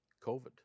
COVID